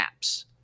apps